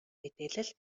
мэдээлэл